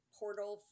portal